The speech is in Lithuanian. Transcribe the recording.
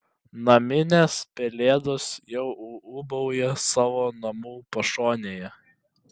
naminės pelėdos jau ūbauja savo namų pašonėje